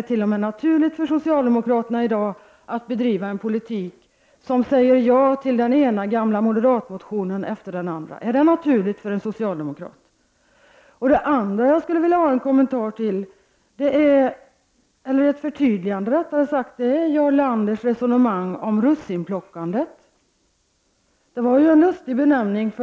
det naturligt för socialdemokraterna i dag att bedriva en politik som säger ja till den ena gamla moderatmotionen efter den andra? Där skulle jag vilja ha en kommentar från Jarl Lander. En annan punkt där jag skulle vilja ha ett förtydligande från Jarl Lander är hans resonemang om russinplockandet. Det var en lustig benämning.